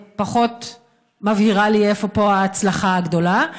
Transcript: מבהירות לי איפה פה ההצלחה הגדולה,